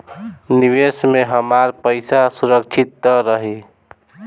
निवेश में हमार पईसा सुरक्षित त रही?